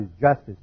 justice